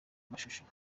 mashusho